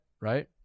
right